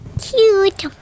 cute